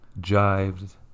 jived